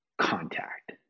contact